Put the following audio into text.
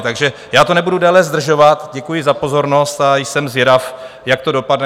Takže já to nebudu déle zdržovat, děkuji za pozornost a jsem zvědav, jak to dopadne.